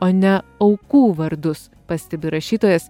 o ne aukų vardus pastebi rašytojas